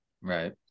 Right